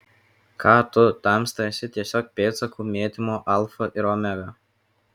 ką tu tamsta esi tiesiog pėdsakų mėtymo alfa ir omega